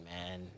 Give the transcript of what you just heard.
man